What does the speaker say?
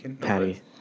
patty